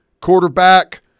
Quarterback